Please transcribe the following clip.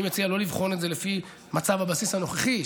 אני מציע לא לבחון את זה לפי מצב הבסיס הנוכחי,